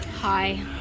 Hi